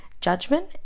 judgment